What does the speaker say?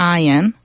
iron